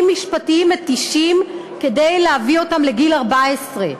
משפטיים מתישים כדי להביא אותם לגיל 14,